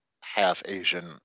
half-Asian